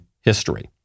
history